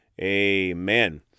amen